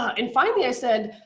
and finally i said,